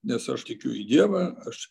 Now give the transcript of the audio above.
nes aš tikiu į dievą aš